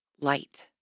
light